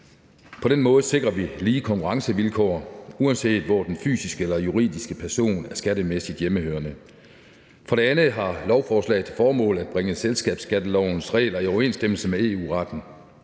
På den måde sikrer vi lige konkurrencevilkår, uanset hvor den fysiske eller juridiske person er skattemæssigt hjemmehørende. For det andet har lovforslaget til formål at bringe selskabsskattelovens regler i overensstemmelse med EU-retten.